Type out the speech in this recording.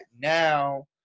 Now